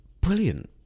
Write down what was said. Brilliant